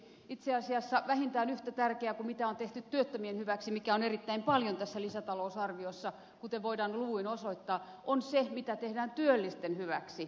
itse asiassa vähintään yhtä tärkeää kuin se mitä on tehty työttömien hyväksi mikä on erittäin paljon tässä lisätalousarviossa kuten voidaan luvuin osoittaa on se mitä tehdään työllisten hyväksi